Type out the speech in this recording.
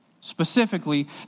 specifically